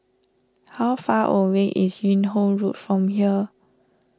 how far away is Yung Ho Road from here